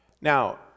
Now